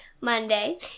Monday